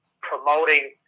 promoting